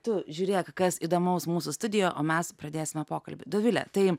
tu žiūrėk kas įdomaus mūsų studijoj o mes pradėsime pokalbį dovile tai